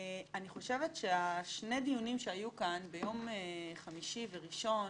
אני חושבת ששני הדיונים שהיו כאן ביום חמישי וראשון